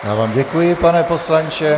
Já vám děkuji, pane poslanče.